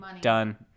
Done